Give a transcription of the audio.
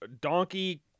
donkey